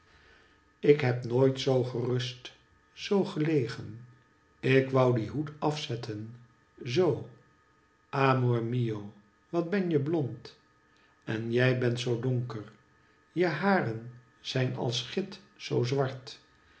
ik heb nooit zoo gerust zoo gelegen ik won dien hoed afzetten zoo amor mio wat ben je blond en jij bent zoo donker jeharen zijn als git zoozwart